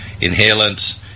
inhalants